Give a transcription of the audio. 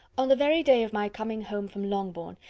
on the very day of my coming home from longbourn,